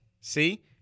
See